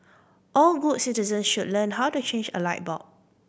all good citizens should learn how to change a light bulb